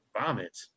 Vomit